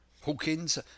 Hawkins